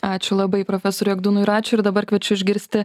ačiū labai profesoriui egdūnui račiui ir dabar kviečiu išgirsti